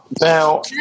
Now